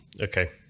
Okay